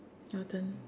your turn